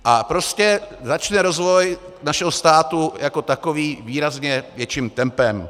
A prostě začne rozvoj našeho státu jako takový výrazně větším tempem.